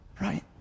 Right